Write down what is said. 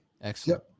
Excellent